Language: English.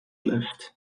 lift